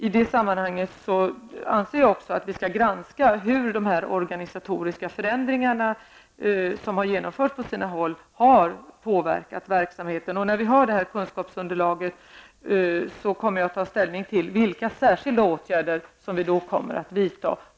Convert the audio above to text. I det sammanhanget anser jag också att vi skall granska hur de organisatoriska förändringarna som har genomförts på sina håll har påverkat verksamheten. När vi har fått det här kunskapsunderlaget kommer jag att ta ställning till vilka särskilda åtgärder som skall vidtas.